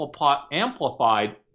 amplified